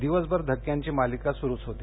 दिवसभर धक्क्यांची मालिका सुरुच होती